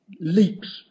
leaks